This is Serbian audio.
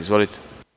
Izvolite.